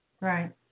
Right